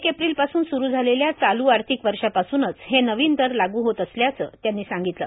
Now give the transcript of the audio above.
एक एप्रिलपासून सुरू झालेल्या चालू आर्थिक वर्षापासूनच हे नवीन दर लागू होत असल्याचं त्यांनी सांगितलं